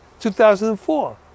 2004